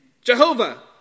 Jehovah